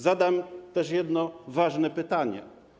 Zadam też jedno ważne pytanie.